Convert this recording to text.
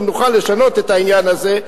אם נוכל לשנות את העניין הזה,